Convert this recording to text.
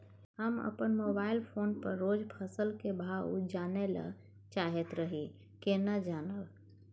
हम अपन mobile phone पर रोज फसल के भाव जानय ल चाहैत रही केना जानब?